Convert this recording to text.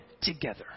together